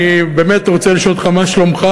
אני באמת רוצה לשאול אותך מה שלומך,